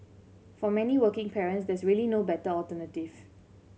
for many working parents there's really no better alternative